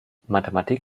mathematik